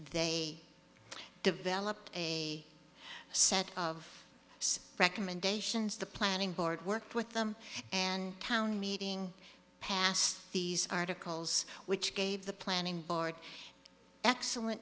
they developed a set of recommendations the planning board worked with them and town meeting passed these articles which gave the planning board excellent